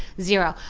zero.